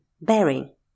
bearing